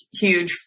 huge